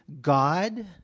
God